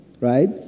Right